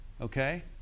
Okay